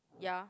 ya